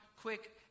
quick